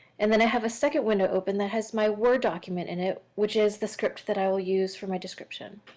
and then i have a second window open that has my word document in it, which is the script that i will use for my description.